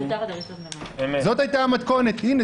זאת הייתה המתכונת הנה,